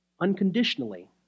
Unconditionally